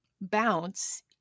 bounce